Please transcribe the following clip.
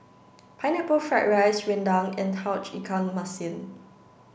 pineapple fried rice Rendang and Tauge Ikan Masin